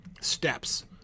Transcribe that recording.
steps